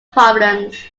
problems